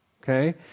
okay